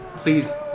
Please